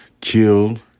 killed